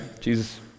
Jesus